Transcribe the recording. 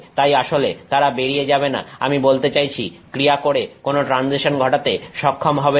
তাই আসলে তারা বেরিয়ে যাবে না আমি বলতে চাইছি ক্রিয়া করে কোন ট্রান্সজিশন ঘটাতে সক্ষম হবে না